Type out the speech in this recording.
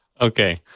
Okay